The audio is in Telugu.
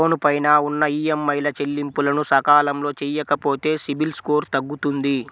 లోను పైన ఉన్న ఈఎంఐల చెల్లింపులను సకాలంలో చెయ్యకపోతే సిబిల్ స్కోరు తగ్గుతుంది